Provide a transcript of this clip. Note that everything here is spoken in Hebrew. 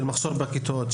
של המחסור בכיתות,